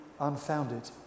unfounded